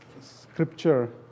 scripture